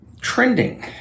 Trending